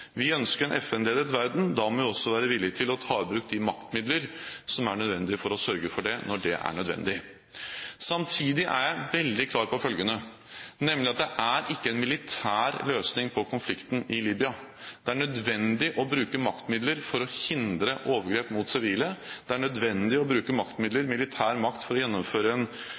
Vi ønsker en FN-ledet verden. Da må vi også være villig til å ta i bruk de maktmidler som er nødvendig for å sørge for det, når det er nødvendig. Samtidig er jeg veldig klar på følgende, nemlig at det ikke er en militær løsning på konflikten i Libya. Det er nødvendig å bruke maktmidler for å hindre overgrep mot sivile. Det er nødvendig å bruke maktmidler og militær makt for å gjennomføre en